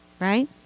right